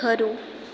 ખરું